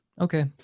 Okay